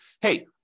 hey